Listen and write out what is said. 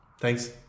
Thanks